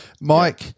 Mike